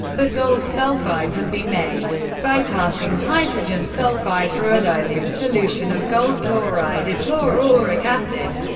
but gold sulfide can be made by passing hydrogen sulfide through a dilute solution of gold chloride or chlorauric acid.